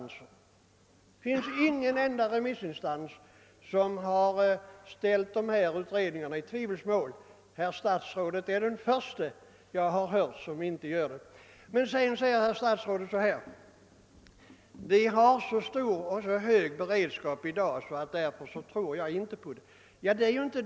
Det finns inte en enda remissinstans som ställt dessa utredningar i tvivelsmål. Herr statsrådet är den förste jag har hört göra det. Sedan sade herr statsrådet: Vi har så hög beredskap i dag att jag inte tror på jordbruksnämnden.